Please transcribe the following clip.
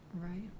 Right